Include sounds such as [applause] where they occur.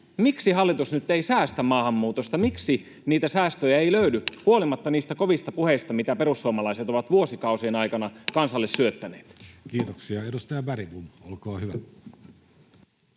Miksi hallitus nyt ei säästä maahanmuutosta? Miksi niitä säästöjä ei löydy [noise] huolimatta niistä kovista puheista, mitä perussuomalaiset ovat vuosikausien aikana kansalle syöttäneet? Kiitoksia. — Edustaja Bergbom, olkaa hyvä.